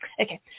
Okay